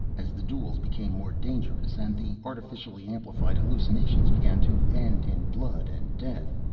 as the duels became more dangerous, and the artificially-amplified hallucinations began to end in blood and death,